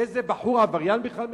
באיזה בחור עבריין בכלל מדובר?